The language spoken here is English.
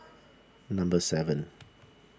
number seven